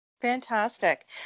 Fantastic